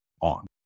on